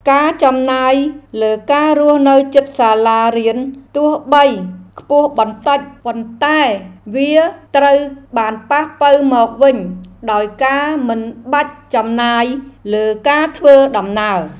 ការចំណាយលើការរស់នៅជិតសាលារៀនទោះបីខ្ពស់បន្តិច ប៉ុន្តែវាត្រូវបានប៉ះប៉ូវមកវិញដោយការមិនបាច់ចំណាយលើការធ្វើដំណើរ។